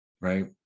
right